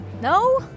No